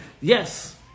yes